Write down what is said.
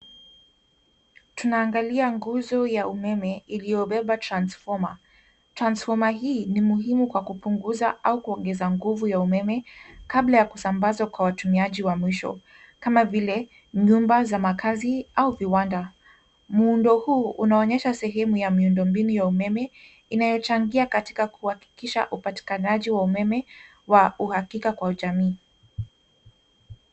Tunaangalia nguzo ya umeme iliyobeba transformer . Transformer hii ni muhimu kwa kupunguza au kuongeza nguvu ya umeme kabla ya kusambazwa kwa watumiaji wa mwisho, kama vile nyumba za makazi au viwanda. Muundo huu unaonyesha sehemu ya miundo mbinu ya umeme inayochangia katika kuhakikisha upatikanaji wa umeme wa uhakikaka kwa jamii.